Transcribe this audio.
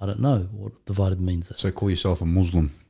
i don't know what divided means that so call yourself a muslim.